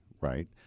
right